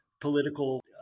political